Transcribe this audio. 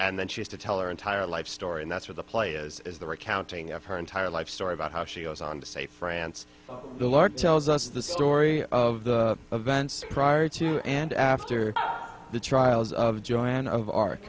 and then she has to tell her entire life story and that's where the play is the recounting of her entire life story about how she goes on to say france the lord tells us the story of the events prior to and after the trials of joy and of ar